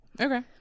okay